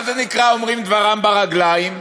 מה זה נקרא, אומרים דברם ברגליים?